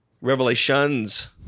Revelations